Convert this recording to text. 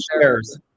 shares